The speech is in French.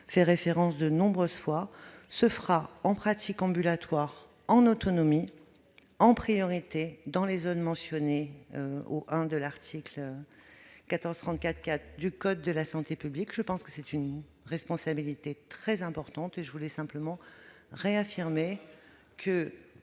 fait référence de nombreuses fois -, se fera en « pratique ambulatoire en autonomie, en priorité dans les zones mentionnées au 1° de l'article L. 1434-4 du code de la santé publique ». Cela dit, c'est une responsabilité très importante, et, pour le Gouvernement,